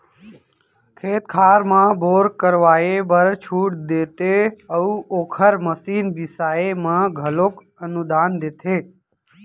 खेत खार म बोर करवाए बर छूट देते अउ ओखर मसीन बिसाए म घलोक अनुदान देथे